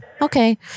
Okay